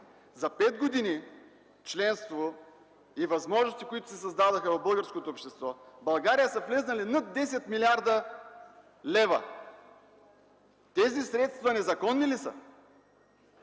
За пет години членство и възможностите, които се създадоха в българското общество, в България са влезли над 10 млрд. лв. Тези средства незаконни ли са,